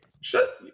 Shut